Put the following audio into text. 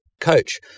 coach